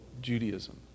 judaism